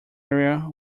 area